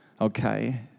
Okay